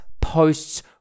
posts